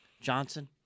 Johnson